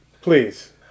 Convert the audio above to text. Please